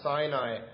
Sinai